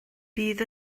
bydd